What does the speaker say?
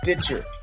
Stitcher